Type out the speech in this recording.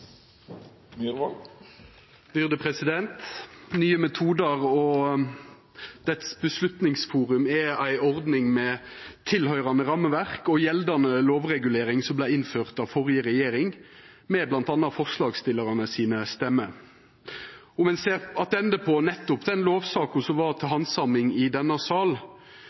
ei ordning med tilhøyrande rammeverk og gjeldande lovregulering som vart innført av førre regjering, med bl.a. forslagsstillarane sine stemmer. Om ein ser attende på den lovsaka som var til handsaming i denne